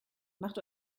macht